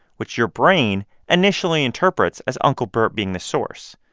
which your brain initially interprets as uncle burt being the source.